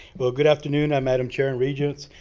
well, good afternoon, madam chair and regents.